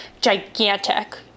gigantic